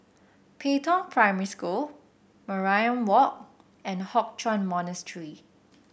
Pei Tong Primary School Mariam Walk and Hock Chuan Monastery